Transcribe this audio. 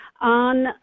on